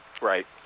Right